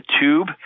tube